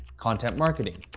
content marketing,